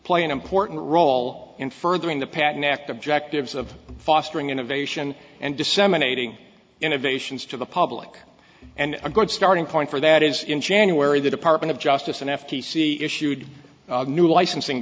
play an important role in furthering the patent act objectives of fostering innovation and disseminating innovations to the public and a good starting point for that is in january the department of justice and f t c issued new licensing